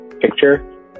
picture